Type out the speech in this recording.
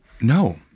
No